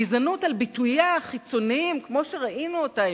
גזענות על ביטוייה החיצוניים כמו שראינו אותה,